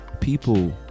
People